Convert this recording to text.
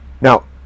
Now